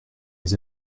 les